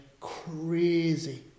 crazy